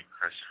Chris